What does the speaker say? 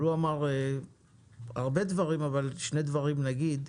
הוא אמר הרבה דברים, אבל שני דברים נגיד.